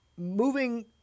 Moving –